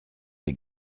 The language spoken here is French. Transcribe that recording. les